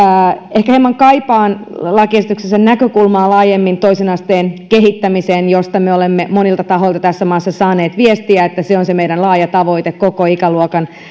ehkä hieman kaipaan lakiesityksessä näkökulmaa laajemmin toisen asteen kehittämiseen josta me olemme monilta tahoilta tässä maassa saaneet viestiä että se on se meidän laaja tavoite koko ikäluokan